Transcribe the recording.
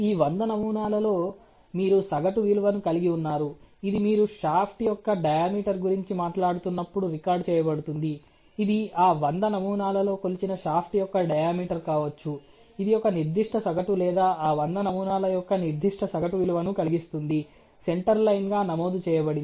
ఈ 100 నమూనాలలో మీరు సగటు విలువను కలిగి ఉన్నారు ఇది మీరు షాఫ్ట్ యొక్క డయామీటర్ గురించి మాట్లాడుతున్నప్పుడు రికార్డ్ చేయబడుతుంది ఇది ఆ 100 నమూనాలలో కొలిచిన షాఫ్ట్ యొక్క డయామీటర్ కావచ్చు ఇది ఒక నిర్దిష్ట సగటు లేదా ఆ 100 నమూనాల యొక్క నిర్దిష్ట సగటు విలువను కలిగిస్తుంది సెంటర్ లైన్ గా నమోదు చేయబడింది